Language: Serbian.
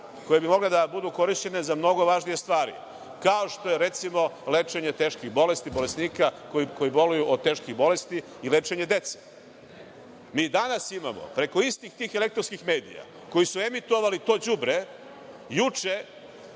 koje bi mogle da budu korišćene za mnogo važnije stvari, kao što je, recimo, lečenje bolesnika koji boluju od teških bolesti i lečenje dece. Mi danas imamo, preko istih tih elektronskih medija, koji su emitovali to đubre, juče